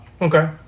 Okay